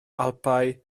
alpau